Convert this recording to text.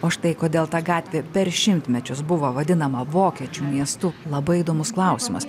o štai kodėl ta gatvė per šimtmečius buvo vadinama vokiečių miestu labai įdomus klausimas